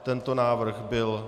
Tento návrh byl...